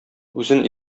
үзен